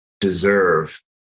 deserve